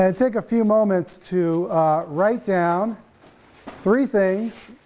and take a few moments to write down three things,